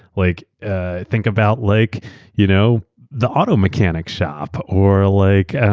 like ah think about like you know the auto mechanic shop or like and